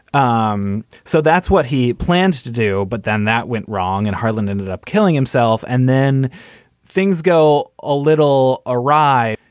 um so that's what he plans to do. but then that went wrong and harland ended up killing himself. and then things go a little awry.